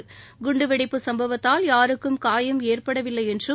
அந்த குண்டுவெடிப்பு சம்பவத்தால் யாருக்கும் காயம் ஏற்படவில்லை என்றும்